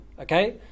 Okay